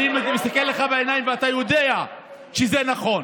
אני מסתכל לך בעיניים, ואתה יודע שזה נכון,